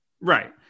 Right